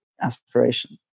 aspiration